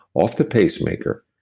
off the pacemaker,